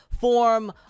form